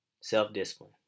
Self-discipline